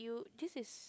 this is